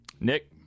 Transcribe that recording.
Nick